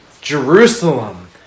Jerusalem